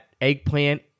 eggplant